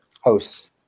hosts